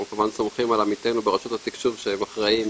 אנחנו כמובן סומכים על עמיתינו ברשות התקשוב שהם אחראים,